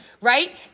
Right